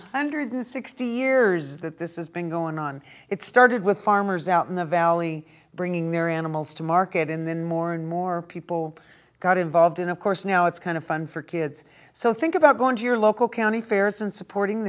hundred and sixty years that this is been going on it started with farmers out in the valley bringing their animals to market in then more and more people got involved and of course now it's kind of fun for kids so think about going to your local county fairs and supporting